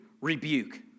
rebuke